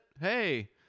hey